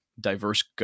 diverse